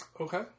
Okay